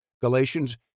Galatians